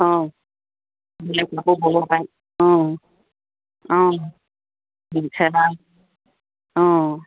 অঁ সেইবিলাক কাপোৰ ব'ব পাৰিম অঁ অঁ যিহে দাম অঁ